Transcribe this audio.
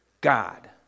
God